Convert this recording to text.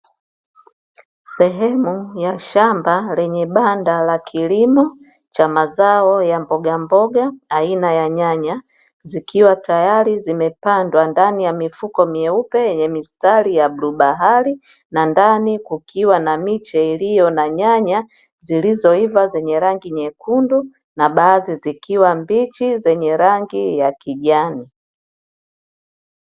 Sehemu ya shamba lenye banda la kilimo cha mazao ya mbogamboga aina ya nyanya, zikiwa tayari zimepandwa ndani ya mifuko meupe yenye rangi ya bluu bahari na ndani zilizoiva zenye rangi nyekundu, na baadhi zikiwa mbichi zenye rangi ya kijani.